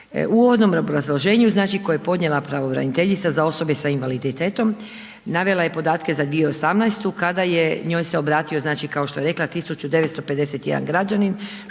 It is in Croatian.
U uvodnom obrazloženju, koja je podnijela pravobraniteljica za osobe s invaliditetom, navela je podatke za 2018. kada je njoj se obratio, znači kao što je rekla 1951 građanin,